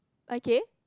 okay